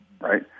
right